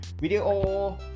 Video